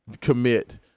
commit